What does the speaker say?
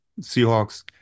seahawks